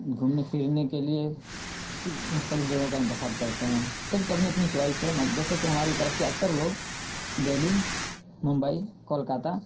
گھومنے پھرنے کے لیے کہ مختلف جگہوں کا انتخاب کرتے ہیں سب کی اپنی اپنی چوائس ہے جیسے کہ ہماری طرف کے اکثر لوگ دہلی ممبئی کولکاتہ